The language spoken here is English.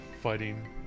fighting